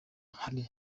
hari